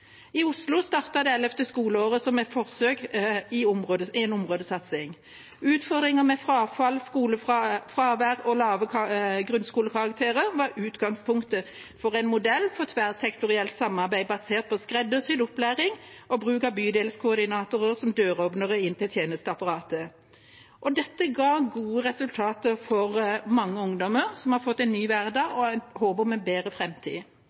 I Oslo startet det ellevte skoleåret som et forsøk i en områdesatsing. Utfordringer med frafall, fravær og lave grunnskolekarakterer var utgangspunktet for en modell for tverrsektorielt samarbeid basert på skreddersydd opplæring og bruk av bydelskoordinatorer som døråpnere inn til tjenesteapparatet. Dette ga gode resultater for mange ungdommer, som har fått en ny hverdag og et håp om en bedre